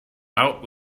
out